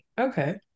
Okay